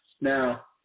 Now